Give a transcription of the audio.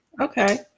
okay